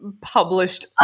published